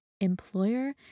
employer